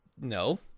No